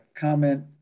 comment